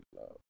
love